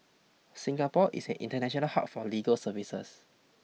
Singapore is an international hub for legal services